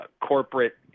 corporate